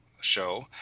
show